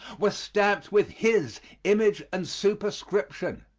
were stamped with his image and superscription,